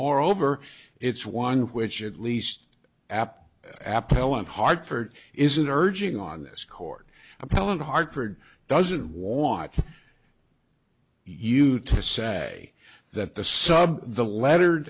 moreover it's one which at least apt apelin hartford isn't urging on this court appellant hartford doesn't want you to say that the sub the letter